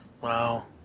wow